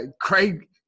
Craig